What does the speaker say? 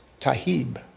Tahib